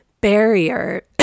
barrier